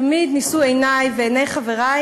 תמיד נישאו עיני ועיני חברי